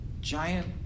giant